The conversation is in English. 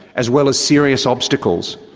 as well as serious obstacles.